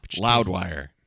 Loudwire